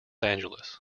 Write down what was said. angeles